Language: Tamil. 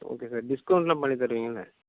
ஓகே சார் டிஸ்கௌண்ட்லாம் பண்ணித் தருவீங்கள்ல